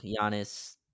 Giannis